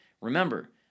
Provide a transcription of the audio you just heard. Remember